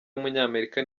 w’umunyamerika